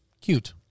Cute